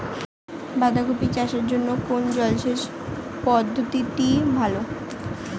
বাঁধাকপি চাষের জন্য কোন জলসেচ পদ্ধতিটি ভালো?